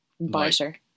Barter